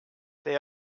they